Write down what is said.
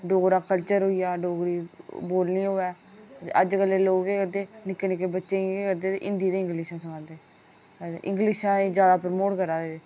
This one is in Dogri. डोगरा कल्चर होई गेआ डोगरी बोलनी होऐ अज्ज कल्लै दे लोग केह् करदे निक्के निक्के बच्चे ई केह् करदे हिंदी ते इंगलिश सखांदे अते इंगलिश जैदा म्हौल करै दे